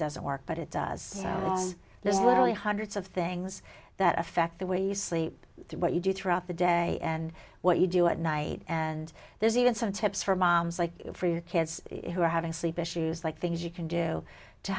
doesn't work but it does cause there's literally hundreds of things that affect the way you sleep what you do throughout the day and what you do at night and there's even some tips for moms like for your kids who are having sleep issues like things you can do to